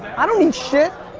i don't need shit,